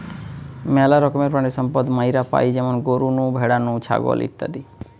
মেলা রকমের প্রাণিসম্পদ মাইরা পাই যেমন গরু নু, ভ্যাড়া নু, ছাগল ইত্যাদি